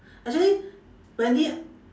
actually wendy